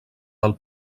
del